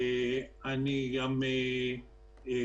הדבר הזה